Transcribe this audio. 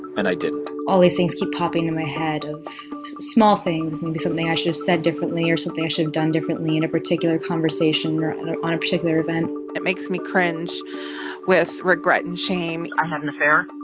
and i didn't all these things keep popping into my head of small things maybe something i should have said differently or something i should have done differently in a particular conversation or and or on a particular event it makes me cringe with regret and shame i had an affair.